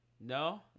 No